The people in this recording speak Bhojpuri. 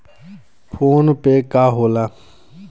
फोनपे का होला?